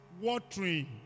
watering